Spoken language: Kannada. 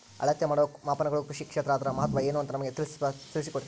ಅಳತೆ ಮಾಡುವ ಮಾಪನಗಳು ಕೃಷಿ ಕ್ಷೇತ್ರ ಅದರ ಮಹತ್ವ ಏನು ಅಂತ ನಮಗೆ ಸ್ವಲ್ಪ ತಿಳಿಸಬೇಕ್ರಿ?